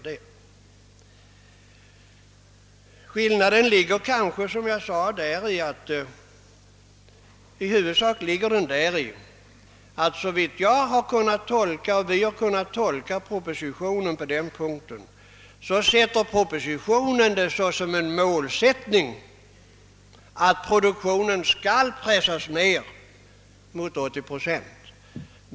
Som jag sade ligger skillnaden kanske i huvudsak däri att propositionen sätter som mål att produktionen skall pressas ned mot 80 procent — så har vi tolkat den.